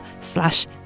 slash